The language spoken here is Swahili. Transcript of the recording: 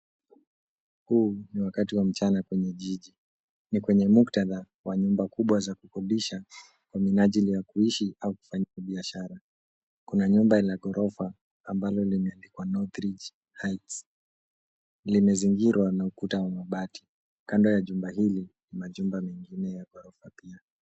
Huu ni wakati wa mchana kwenye jiji, ni kwenye muktadha wa nyumba kubwa za kukodisha kwa minajili ya kuishi au kufanya biashara. Kuna nyumba la ghorofa ambalo limeandikwa Northrige Heights, limezingirwa na ukuta wa mabati, kunda ya jumba hili kuna majumba mengine ya ghorofa pia.